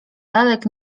lalek